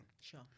Sure